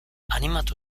animatu